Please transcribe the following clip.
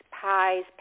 pies